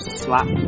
slap